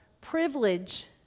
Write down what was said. privilege